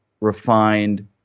refined